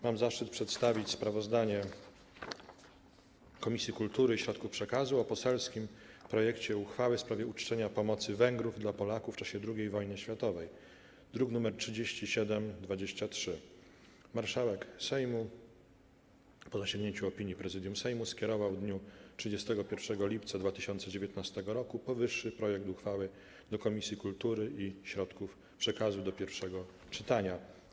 Mam zaszczyt przedstawić sprawozdanie Komisji Kultury i Środków Przekazu o poselskim projekcie uchwały w sprawie uczczenia pomocy Węgrów dla Polaków w czasie II wojny światowej, druk nr 3723. Marszałek Sejmu, po zasięgnięciu Prezydium Sejmu, skierował w dniu 31 lipca 2019 r. powyższy projekt uchwały do Komisji Kultury i Środków Przekazu do pierwszego czytania.